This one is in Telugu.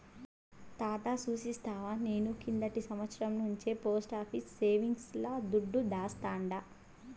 తాతా సూస్తివా, నేను కిందటి సంవత్సరం నుంచే పోస్టాఫీసు సేవింగ్స్ ల దుడ్డు దాస్తాండా